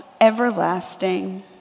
everlasting